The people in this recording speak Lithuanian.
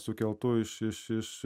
sukeltų iš iš iš